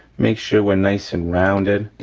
make sure we're nice and rounded,